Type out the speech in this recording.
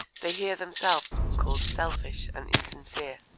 they hear themselves called selfish and insincere.